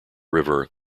river